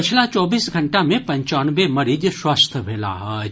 पछिला चौबीस घंटा मे पंचानवे मीज स्वस्थ भेलाह अछि